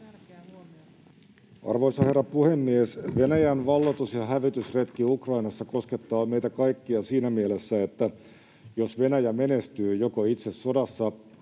Arvoisa herra puhemies! Venäjän valloitus- ja hävitysretki Ukrainassa koskettaa meitä kaikkia siinä mielessä, että jos Venäjä menestyy joko itse sodassa